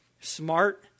smart